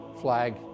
flag